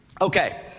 Okay